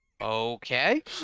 Okay